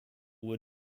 were